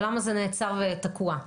ולמה זה נעצר ותקוע.